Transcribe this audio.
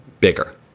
Bigger